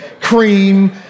Cream